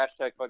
hashtag